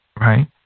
right